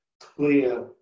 clear